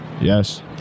Yes